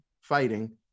fighting